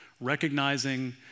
recognizing